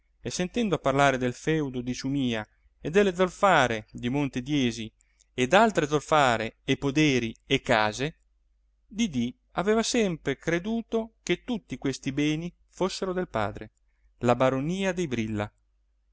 e sentendo parlare del feudo di ciumìa e delle zolfare di monte diesi e d'altre zolfare e poderi e case didì aveva sempre creduto che tutti questi beni fossero del padre la baronia dei brilla